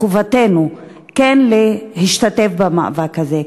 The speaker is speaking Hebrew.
חובתנו כן להשתתף במאבק הזה,